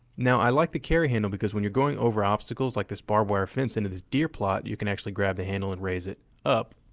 now i like the carry handle because when you're going over obstacles like this barb wire fence into this deer plot you can actually grab the handle and raise it up,